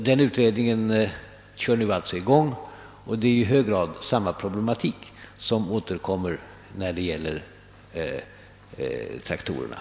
Denna utredning kör alltså nu i gång, och det är i hög grad samma problematik som återkommer när det gäller traktorerna.